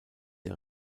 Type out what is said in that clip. der